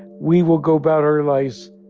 we will go about our lives,